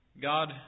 God